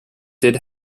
did